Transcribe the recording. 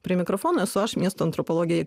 prie mikrofono esu aš miesto antropologė